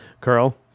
Carl